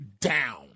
down